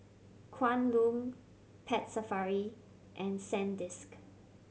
Kwan Loong Pet Safari and Sandisk